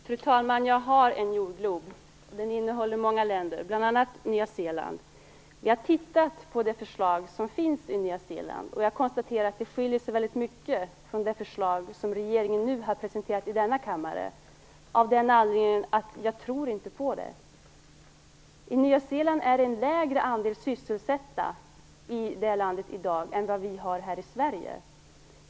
Fru talman! Jag har en jordglob, och på den finns många länder, bl.a. Nya Zeeland. Jag har tittat på det förslag som tagits fram i Nya Zeeland, och jag har konstaterat att det skiljer sig mycket från det förslag som regeringen nu har presenterat i denna kammare. Jag tror inte på deras förslag. I Nya Zeeland är en lägre andel sysselsatta än här i Sverige i dag.